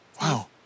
Wow